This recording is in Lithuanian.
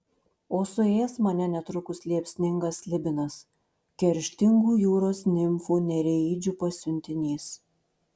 o suės mane netrukus liepsningas slibinas kerštingų jūros nimfų nereidžių pasiuntinys